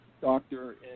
doctor